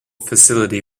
facility